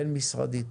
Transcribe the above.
בין משרדית.